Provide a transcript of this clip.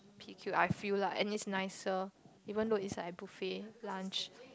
P_Q I feel lah and it's nicer even though is like a buffet lunch